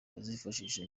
bazifashisha